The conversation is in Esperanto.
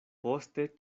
poste